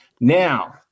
Now